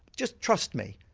just trust me,